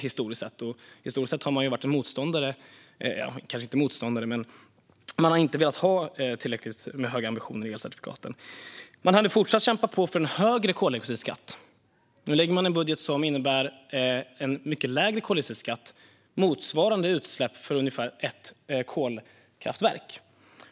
Men historiskt sett har man inte velat ha tillräckligt höga ambitioner gällande elcertifikaten. Man hade fortsatt kämpa för en högre koldioxidskatt. Nu lägger man fram en budget som innebär en mycket lägre koldioxidskatt, ungefär motsvarande utsläppen från ett kolkraftverk.